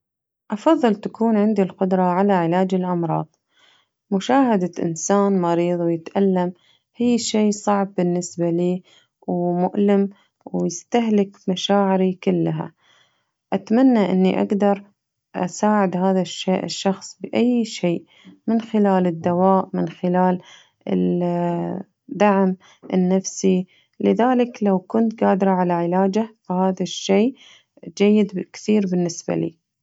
أفضل تكون عندي القدرة على علاج الأمراض مشاهدة إنسان مريض ويتألم هي شي صعب بالنسبة لي ومؤلم ويستهلك مشاعري كلها أتمنى أني أقدر أساعاد هذا الش-الشخص بأي شيء من خلال الدواء من خلال ال دعم النفسي لذلك لو كنت قادرة على علاجه فهذا الشي جيد كثير بالنسبة لي.